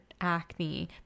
acne